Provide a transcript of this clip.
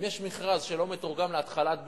אם יש מכרז שלא מתורגם להתחלת בנייה,